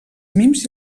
mims